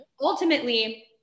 Ultimately